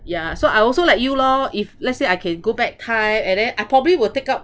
ya so I also like you lor if let's say I can go back time and then I probably will take up